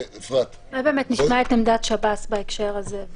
אולי באמת נשמע את עמדת שב"ס בהקשר הזה,